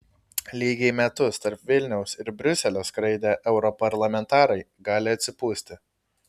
lygiai metus tarp vilniaus ir briuselio skraidę europarlamentarai gali atsipūsti